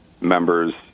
members